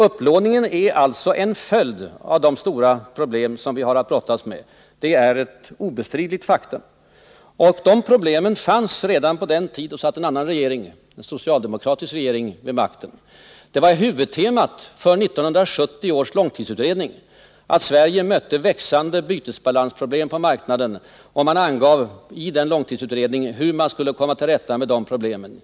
Upplåningen är alltså en följd av de stora problem som vi har att brottas med — det är ett obestridligt faktum. Och de problemen fanns redan på den tiden då en socialdemokratisk regering satt vid makten. Huvudtemat för 1970 års långtidsutredning var att Sverige mötte växande bytesbalansproblem, och det angavs redan i långtidsutredningen hur man skulle komma till rätta med de problemen.